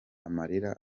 amarira